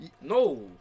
No